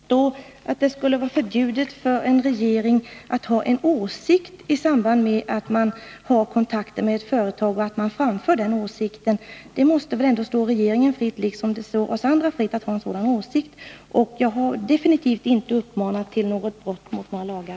Herr talman! Jag kan fortfarande inte förstå att det skulle vara förbjudet för en regering att ha en åsikt eller att i samband med att man har kontakter med ett företag framföra denna åsikt. Det måste väl ändå stå regeringen fritt, liksom det står oss andra fritt, att ha en åsikt? Jag har absolut inte uppmanat till något brott mot några lagar.